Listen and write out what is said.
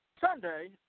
Sunday